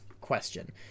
question